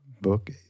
book